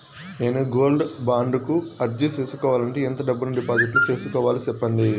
నేను gold bond కు అర్జీ సేసుకోవాలంటే ఎంత డబ్బును డిపాజిట్లు సేసుకోవాలి సెప్పండి